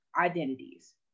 identities